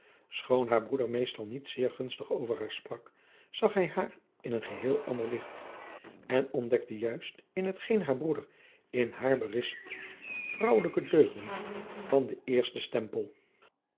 schoon haar broeder meestal niet zeer gunstig van haar sprak zag hij haar in een geheel ander licht en ontdekte juist in hetgeen haar adriaan loosjes pzn het leven van maurits lijnslager broeder in haar berispte vrouwelijke deugden van den eersten stempel